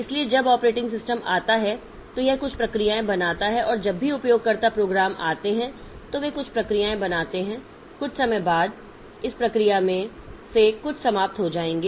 इसलिए जब operating system आता है तो यह कुछ प्रक्रियाएं बनाता है और जब भी उपयोगकर्ता प्रोग्राम आते हैं तो वे कुछ प्रक्रियाएं बनाते हैं कुछ समय बाद इस प्रक्रिया में से कुछ समाप्त हो जाएंगे